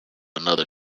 another